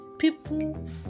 people